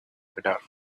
without